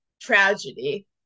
tragedy